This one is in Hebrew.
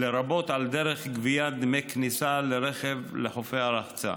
לרבות על דרך גביית דמי כניסה לרכב לחופי הרחצה.